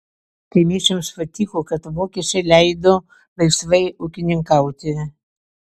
kaimiečiams patiko kad vokiečiai leido laisvai ūkininkauti